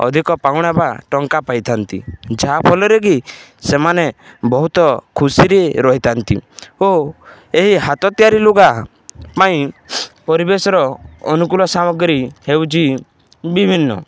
ଅଧିକ ପାଉଣା ବା ଟଙ୍କା ପାଇଥାନ୍ତି ଯାହାଫଳରେ କି ସେମାନେ ବହୁତ ଖୁସିରେ ରହିଥାନ୍ତି ଓ ଏହି ହାତ ତିଆରି ଲୁଗା ପାଇଁ ପରିବେଶର ଅନୁକୂଳ ସାମଗ୍ରୀ ହେଉଛି ବିଭିନ୍ନ